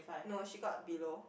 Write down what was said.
no she got below